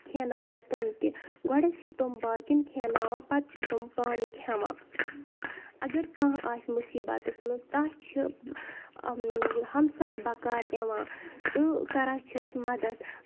کھٮ۪ناوان تٔمۍ تہِ گۄڈٕنٮ۪تھ چھِ تٕم باقٮ۪ن کھٮ۪ناوان پَتہٕ چھِ تِم پانہٕ کھٮ۪وان اَگر کانٛہہ آسہِ مُصیٖبتس منٛز تَتھ چھِ ہمساے بَکار یِوان تہٕ کران چھِس مدد